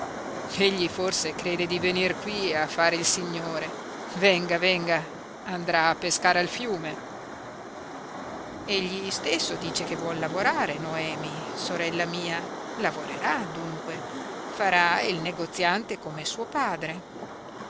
egli forse crede di venir qui a fare il signore venga venga andrà a pescare al fiume egli stesso dice che vuol lavorare noemi sorella mia lavorerà dunque farà il negoziante come suo padre